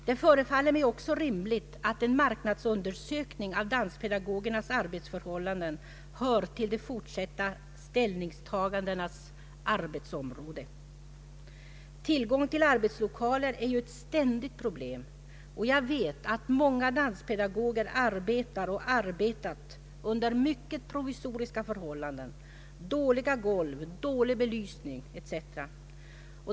Det förefaller mig också rimligt att en marknadsundersökning av danspedar gogernas arbetsförhållanden bör till de fortsatta uppgifterna på området. Tillgång till arbetslokaler är ju ett ständigt problem, och jag vet att många danspedagoger arbetat och arbetar under mycket provisoriska förhållanden; dåliga golv, dålig belysning etc.